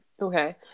Okay